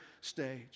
stage